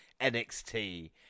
NXT